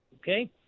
okay